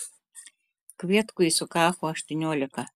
kvietkui sukako aštuoniolika